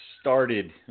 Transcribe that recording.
started